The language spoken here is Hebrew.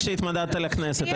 כשהתמודדת לכנסת,